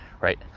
right